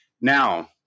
Now